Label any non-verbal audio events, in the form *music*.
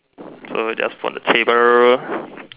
*noise* so just put on the table